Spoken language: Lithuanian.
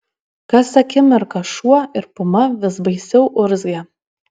kas akimirką šuo ir puma vis baisiau urzgė